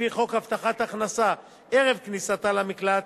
לפי חוק הבטחת הכנסה ערב כניסתה למקלט